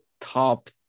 top